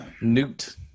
Newt